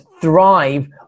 thrive